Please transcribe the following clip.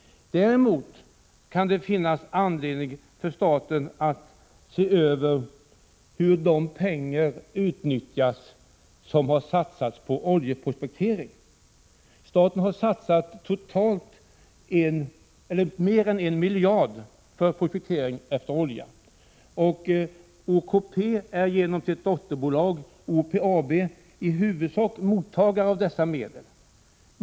Däremot kan det finnas anledning för staten att se över hur de pengar som har satsats på oljeprospektering utnyttjas. Staten har satsat totalt mer än 1 miljard kronor på oljeprospektering. OKP är genom sitt dotterbolag OPAB huvudmottagare av dessa medel.